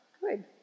good